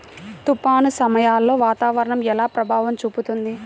తుఫాను సమయాలలో వాతావరణం ఎలా ప్రభావం చూపుతుంది?